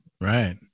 right